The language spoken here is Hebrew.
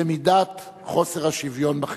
במידת חוסר השוויון בחברה?